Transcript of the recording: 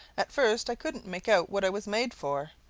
at first i couldn't make out what i was made for,